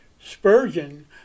Spurgeon